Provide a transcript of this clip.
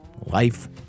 life